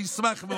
אני אשמח מאוד.